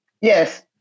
Yes